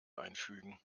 einfügen